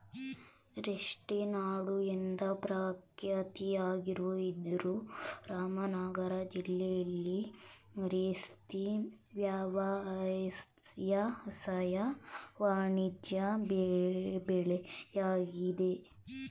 ರೇಷ್ಮೆ ನಾಡು ಎಂದು ಪ್ರಖ್ಯಾತಿಯಾಗಿರೋ ರಾಮನಗರ ಜಿಲ್ಲೆಲಿ ರೇಷ್ಮೆ ವ್ಯವಸಾಯ ವಾಣಿಜ್ಯ ಬೆಳೆಯಾಗಯ್ತೆ